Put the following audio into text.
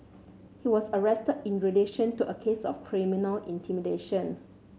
he was arrested in relation to a case of criminal intimidation